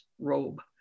robe